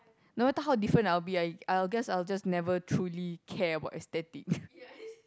no matter how different I'll be I'll I'll guess I'll just never truly care about aesthetic